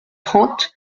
trente